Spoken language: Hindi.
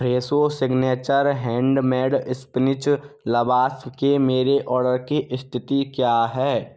Fresho signature handmade spinach lavash के मेरे ऑर्डर की स्थिति क्या है